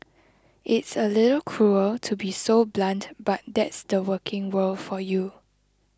it's a little cruel to be so blunt but that's the working world for you